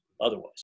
otherwise